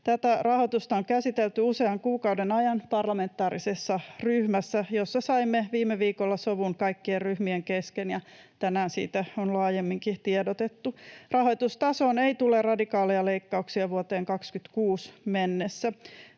Tätä rahoitusta on käsitelty usean kuukauden ajan parlamentaarisessa ryhmässä, jossa saimme viime viikolla sovun kaikkien ryhmien kesken, ja tänään siitä on laajemminkin tiedotettu. Rahoitustasoon ei tule radikaaleja leikkauksia vuoteen 26 mennessä.